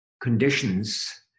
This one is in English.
conditions